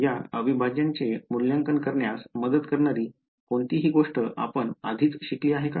या अविभाजांचे मूल्यांकन करण्यास मदत करणारी कोणतीही गोष्ट आपण आधीच शिकली आहे का